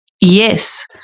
yes